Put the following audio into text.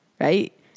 right